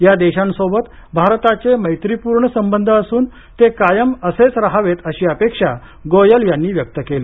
या देशांसोबत भारताचे मैत्रीपूर्ण संबंध असून ते कायम असेच रहावेत अशी अपेक्षा गोयल यांनी व्यक्त केली